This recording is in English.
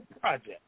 project